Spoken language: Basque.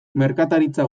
merkataritza